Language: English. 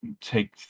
take